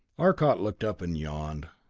arcot looked up and yawned.